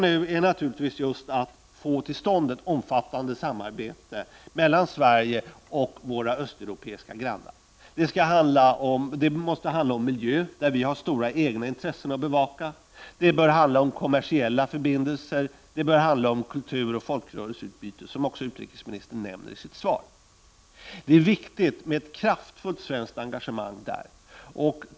Det väsentliga nu är att få till stånd ett omfattande samarbete mellan Sverige och våra östeuropeiska grannar. Det måste handla om miljö, där vi har stora egna intressen att bevaka. Det bör handla om kommersiella förbindelser, och det bör handla om kulturoch folkrörelseutbyte — som också utrikesministern nämner i svaret. Det är viktigt med ett kraftfullt svenskt engagemang.